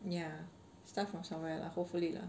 ya start from somewhere lah hopefully lah